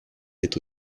est